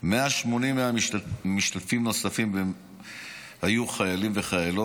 180 משתתפים נוספים היו חיילים וחיילות